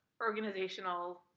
organizational